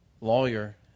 lawyer